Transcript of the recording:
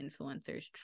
influencers